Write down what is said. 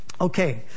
Okay